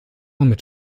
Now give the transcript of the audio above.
mit